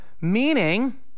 Meaning